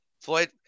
Floyd